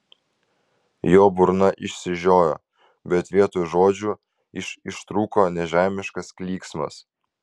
jo burna išsižiojo bet vietoj žodžių iš ištrūko nežemiškas klyksmas